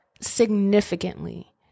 significantly